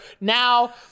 now